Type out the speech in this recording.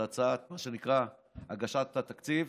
את מה שנקרא הגשת התקציב,